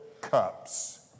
cups